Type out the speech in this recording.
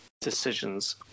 decisions